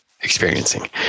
experiencing